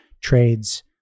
trades